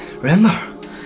Remember